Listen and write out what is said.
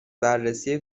بررسی